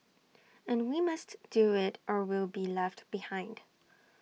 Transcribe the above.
and we must do IT or we'll be left behind